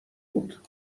بود